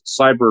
cyber